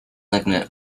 lignite